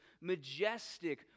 majestic